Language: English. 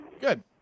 Good